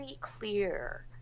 clear